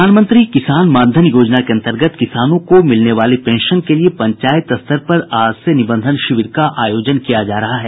प्रधानमंत्री किसान मानधन योजना के अंतर्गत किसानों को मिलने वाली पेंशन के लिए पंचायत स्तर पर आज से निबंधन शिविर का आयोजन किया जा रहा है